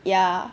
ya